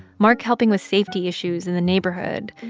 mark helping with safety issues in the neighborhood,